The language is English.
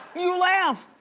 you laugh.